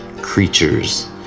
creatures